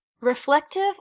reflective